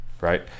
right